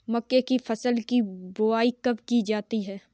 मक्के की फसल की बुआई कब की जाती है?